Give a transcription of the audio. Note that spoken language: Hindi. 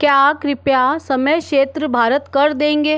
क्या कृपया समय क्षेत्र भारत कर देंगे